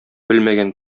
белмәгән